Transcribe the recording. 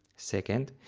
second,